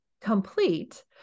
complete